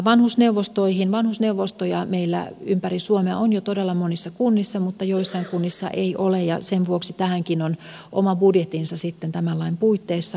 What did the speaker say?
vanhusneuvostoja meillä ympäri suomea on jo todella monissa kunnissa mutta joissain kunnissa ei ole ja sen vuoksi tähänkin on oma budjettinsa tämän lain puitteissa